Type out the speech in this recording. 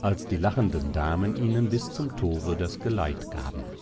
als die lachenden damen ihnen bis zum tore das geleit gaben